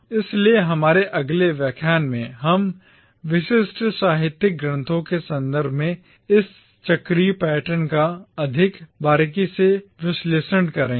इसलिए हमारे अगले व्याख्यान में हम विशिष्ट साहित्यिक ग्रंथों के संदर्भ में इस चक्रीय पैटर्न का अधिक बारीकी से विश्लेषण करेंगे